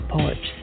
Porch